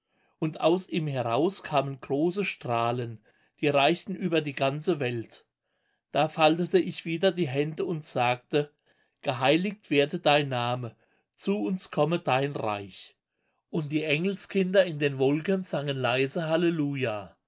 und aus ihm heraus kamen große strahlen die reichten über die ganze welt da faltete ich wieder die hände und sagte geheiligt werde dein name zu uns komme dein reich und die engelskinder in den wolken sangen leise hallelujah